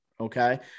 okay